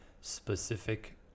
specific